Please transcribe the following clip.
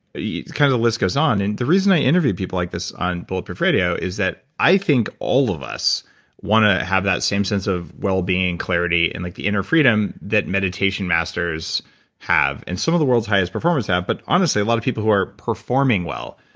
the kind of the list goes on. and the reason i interview people like this on bulletproof radio is that i think all of us want to have that same sense of well being, clarity, and like the inner freedom that meditation masters have. and some of the world's highest performance have. but honestly, a lot of people who are performing well,